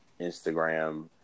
Instagram